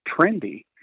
trendy